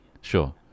sure